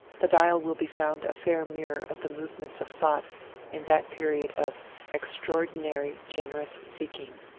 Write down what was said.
the dial will be found a fair mirror of the movements of thought in that period of extraordinary, generous seeking.